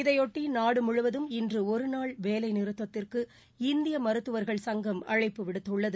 இதையொட்டி நாடு முழுவதும் இன்று ஒருநாள் வேலைநிறுத்தத்துக்கு இந்திய மருத்துவர்கள் சங்கம் அழைப்பு விடுத்துள்ளது